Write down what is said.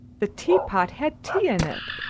the tea-pot had tea in it,